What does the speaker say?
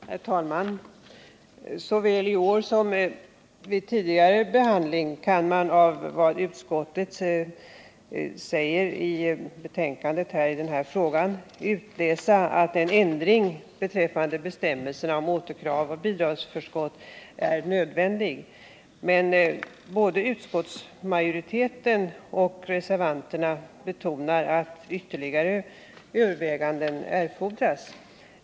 Herr talman! Såväl i år som vid tidigare behandling kan man av vad utskottet säger i betänkandet i den här frågan utläsa att en ändring i bestämmelserna om återkrav av bidragsförskott är nödvändig. Både utskottsmajoriteten och reservanterna betonar att ytterligare överväganden erfordras.